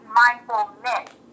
mindfulness